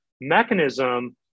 mechanism